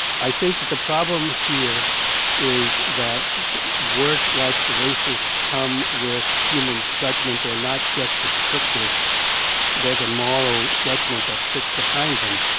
i think that the problem here is that words like racist come with human judgment. they are not just descriptive there's a moral judgment that sits behind them.